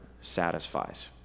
satisfies